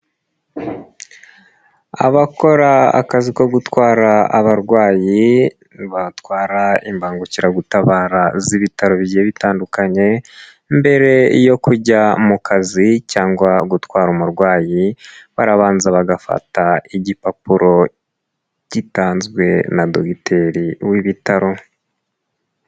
Abakora akazi ko gutwara abarwayi, batwara imbangukiragutabara z'ibitaro bigiye bitandukanye, mbere yo kujya mu kazi cyangwa gutwara umurwayi, barabanza bagafata igipapuro gitanzwe na dogiteri w'ibitaro.